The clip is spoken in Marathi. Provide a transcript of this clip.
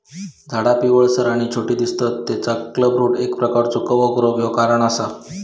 झाडा पिवळसर आणि छोटी दिसतत तेचा क्लबरूट एक प्रकारचो कवक रोग ह्यो कारण असा